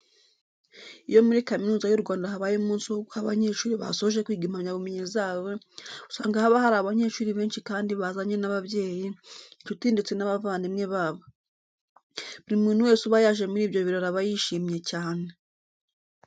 Iyo muri Kaminuza y'u Rwanda habaye umunsi wo guha abanyeshuri basoje kwiga impamyabumenyi zabo, usanga haba hari abanyeshuri benshi kandi bazanye n'ababyeyi, inshuti ndetse n'abavandimwe babo. Buri muntu wese uba yaje muri ibyo birori aba yishimye cyane.